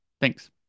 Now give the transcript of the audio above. Thanks